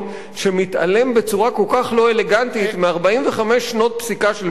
בצורה כל כך לא אלגנטית מ-45 שנות פסיקה של בית-המשפט העליון,